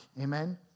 Amen